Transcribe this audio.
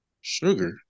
Sugar